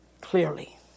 clearly